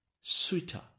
sweeter